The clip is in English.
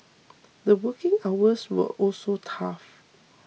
the working hours were also tough